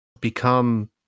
become